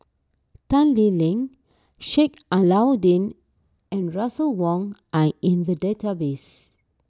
Tan Lee Leng Sheik Alau'ddin and Russel Wong are in the database